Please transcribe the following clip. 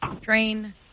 Train